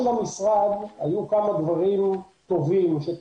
בהצעה של המשרד היו כמה דברים טובים בהם